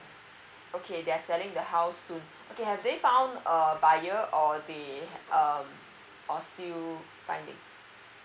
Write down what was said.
okay they're selling the house soon okay have they found a buyer or they um or still finding